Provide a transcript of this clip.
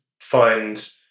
find